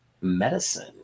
medicine